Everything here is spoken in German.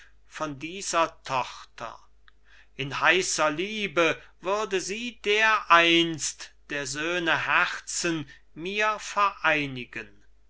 von dieser tochter in heißer liebe würde sie dereinst der söhne herzen mir vereinigen